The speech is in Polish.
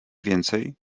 więcej